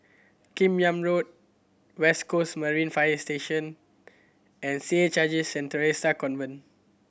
Kim Yam Road West Coast Marine Fire Station and C H I J Saint Theresa's Convent